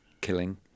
killing